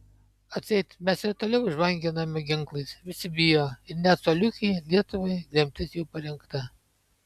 atseit mes ir toliau žvanginame ginklais visi bijo ir net coliukei lietuvai lemtis jau parengta